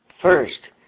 First